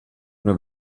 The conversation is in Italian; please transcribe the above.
una